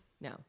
No